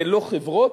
לא חברות,